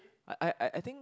I I I think